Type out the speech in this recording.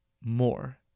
more